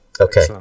Okay